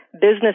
business